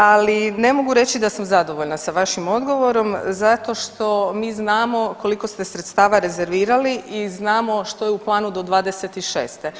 Ali ne mogu reći da sam zadovoljna sa vašim odgovorom zato što mi znamo koliko ste sredstava rezervirali i znamo što je u planu do 2026.